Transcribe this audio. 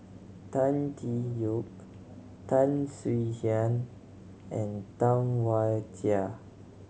Tan Tee Yoke Tan Swie Hian and Tam Wai Jia